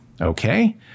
Okay